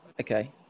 Okay